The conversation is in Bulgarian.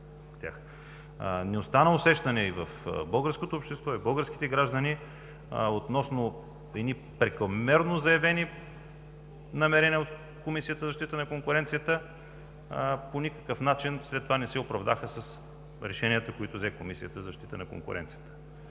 Не остана усещане в българското общество, в българските граждани относно едни прекомерно заявени намерения от Комисията за защита на конкуренцията, които по никакъв начин след това не се оправдаха с решенията, които взе Комисията, а и усещането,